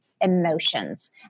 emotions